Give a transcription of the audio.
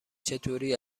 چطوری